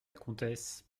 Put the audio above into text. comtesse